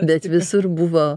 bet visur buvo